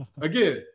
again